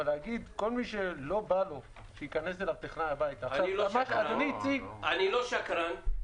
אבל להגיד שכל מי שלא בא לו שייכנס אליו טכנאי הביתה --- אני לא שקרן,